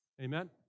Amen